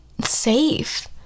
safe